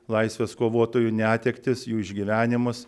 laisvės kovotojų netektis jų išgyvenimus